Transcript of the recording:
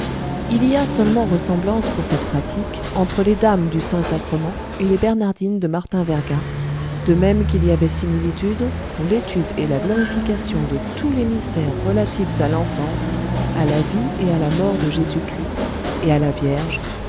il y a seulement ressemblance pour cette pratique entre les dames du saint-sacrement et les bernardines de martin verga de même qu'il y avait similitude pour l'étude et la glorification de tous les mystères relatifs à l'enfance à la vie et à la mort de jésus-christ et à la vierge